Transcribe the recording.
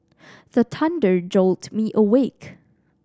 the thunder jolt me awake